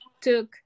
took